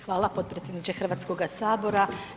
Hvala potpredsjedniče Hrvatskoga sabora.